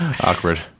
Awkward